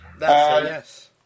Yes